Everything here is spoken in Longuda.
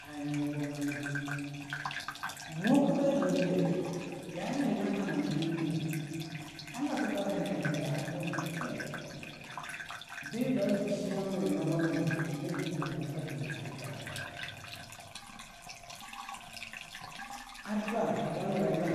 A-nye gwamena in mukera enbe ya eh na kabna eba na ya lakarkar helen weya a two mer pe, beba je chenwana wamnana nyina yibabe mwarka dunyi hana galamna. Ar dwa ya ya mara nya,